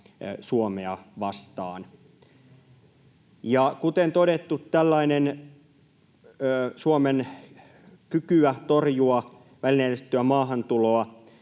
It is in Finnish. Suomea vastaan. Ja kuten todettu, tällainen Suomen kykyä torjua välineellistettyä maahantuloa